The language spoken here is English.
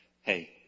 Hey